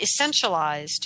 essentialized